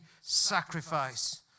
sacrifice